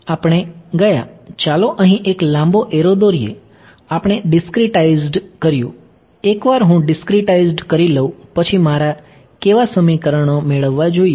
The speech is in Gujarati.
તેથી આપણે ગયા ચાલો અહીં એક લાંબો એરો દોરીએ આપણે ડીસ્ક્રીટાઇઝ્ડ કર્યું એકવાર હું ડીસ્ક્રીટાઇઝ્ડ કરી લઉં પછી મારે કેવા સમીકરણો મેળવવા જોઈએ